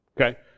Okay